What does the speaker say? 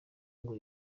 ngo